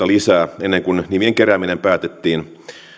lisää ennen kuin nimien kerääminen päätettiin